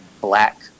black